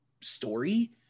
story